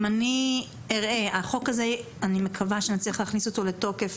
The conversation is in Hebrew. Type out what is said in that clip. אני מקווה שנצליח להכניס את החוק הזה לתוקף